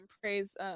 praise